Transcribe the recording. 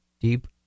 deep